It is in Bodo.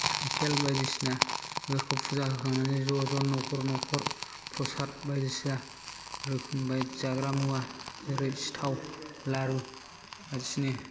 साइकेल बायदिसिना फोरखौ फुजा होखांनानै ज' ज' न'खर न'खर प्रसाद बायदिसिना रोखोम बायदि जाग्रा मुवा जेरै सिथाव लारु सिनि